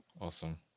Awesome